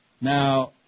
Now